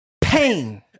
pain